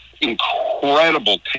incredible